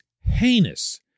heinous